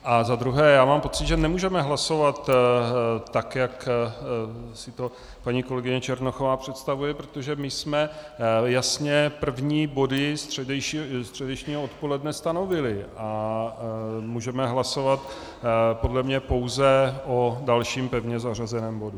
A zadruhé mám pocit, že nemůžeme hlasovat tak, jak si to paní kolegyně Černochová představuje, protože my jsme jasně první body středečního odpoledne stanovili a můžeme hlasovat podle mě pouze o dalším pevně zařazeném bodu.